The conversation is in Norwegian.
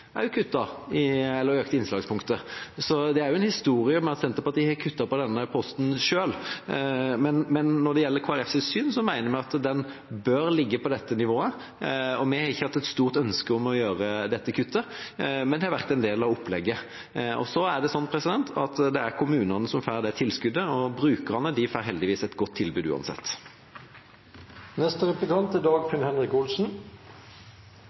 eller økte innslagspunktet – så Senterpartiet har en historie med å ha kuttet i denne posten selv. Når det gjelder Kristelig Folkepartis syn, mener vi at det bør ligge på dette nivået. Vi har ikke hatt et stort ønske om å gjøre dette kuttet, men det har vært en del av opplegget. Så er det sånn at det er kommunene som får det tilskuddet, og brukerne får heldigvis et godt tilbud